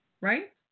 right